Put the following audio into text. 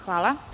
Hvala.